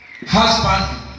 husband